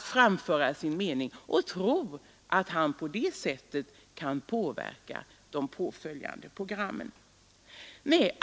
framföra sin mening och tro att han på det sättet kan påverka de påföljande programmen.